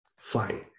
Fine